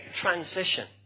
transition